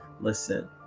Listen